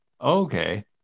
Okay